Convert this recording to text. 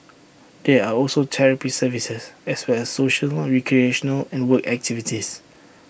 there are also therapy services as well as social recreational and work activities